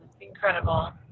Incredible